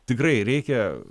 tikrai reikia